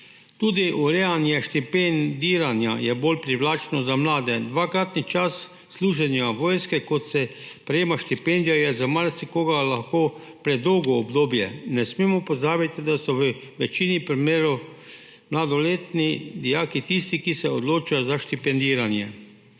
Tudi urejanje štipendiranja je bolj privlačno za mlade. Dvakratni čas služenja vojske, kot se prejema štipendijo, je za marsikoga lahko predolgo obdobje. Ne smemo pozabiti, da so v večini primerov mladoletni dijaki tisti, ki se odločijo za štipendiranje.